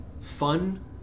fun